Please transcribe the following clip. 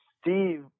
Steve